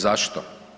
Zašto?